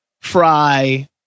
Fry